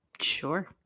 Sure